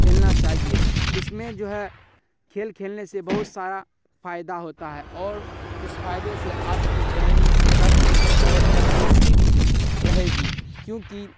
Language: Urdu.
کھیلنا چاہیے اس میں جو ہے کھیل کھیلنے سے بہت سارا فائدہ ہوتا ہے اور اس فائدے سے آپ کی ذہنی صحت اور تندرستی بھی رہے گی کیونکہ